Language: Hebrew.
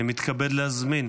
אני מתכבד להזמין